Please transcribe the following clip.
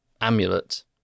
amulet